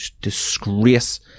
disgrace